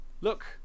look